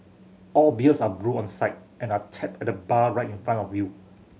all beers are brewed on site and are tapped at the bar right in front of you